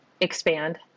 expand